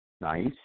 Nice